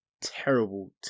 terrible